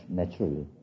naturally